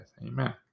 amen